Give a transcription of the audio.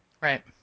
right